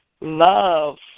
love